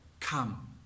Come